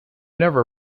never